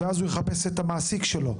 ואז הוא יחפש את המעסיק שלו.